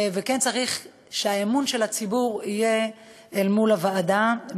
וכן צריך שהאמון של הציבור יהיה מול הוועדה,